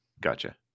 Gotcha